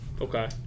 Okay